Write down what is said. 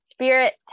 Spirit